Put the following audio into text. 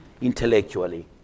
intellectually